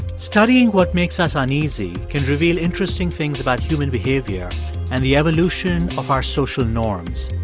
studying what makes us uneasy can reveal interesting things about human behavior and the evolution of our social norms.